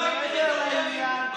מעבר לעניין,